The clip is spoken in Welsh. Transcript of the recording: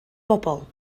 bobl